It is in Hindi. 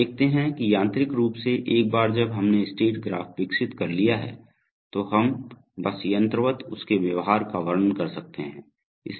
आप देखते हैं कि यांत्रिक रूप से एक बार जब हमने स्टेट ग्राफ विकसित कर लिया है तो हम बस यंत्रवत उसके व्यवहार का वर्णन कर सकते हैं